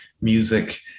music